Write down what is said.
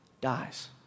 dies